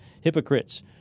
hypocrites